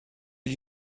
gli